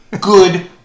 Good